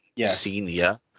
Senior